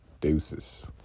Deuces